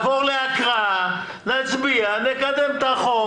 לעבור להקראה, להצביע, נקדם את החוק.